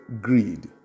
greed